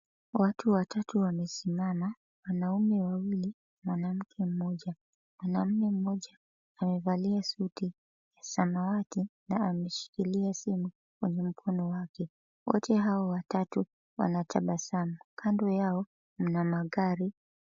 Watu watatu wamesimama, wanaume wawili, mwanamke mmoja. Mwanaume mmoja amevalia suti ya samawati na ameshikilia simu kwenye mkono wake. Wote hawa watatu wanatabasamu. Kando yao, mna magari.